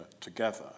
together